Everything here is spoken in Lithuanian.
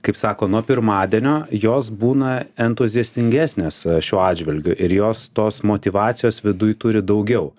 kaip sako nuo pirmadienio jos būna entuziastingesnės šiuo atžvilgiu ir jos tos motyvacijos viduj turi daugiau